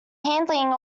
handling